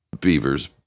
beavers